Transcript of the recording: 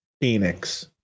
phoenix